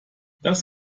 das